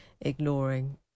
ignoring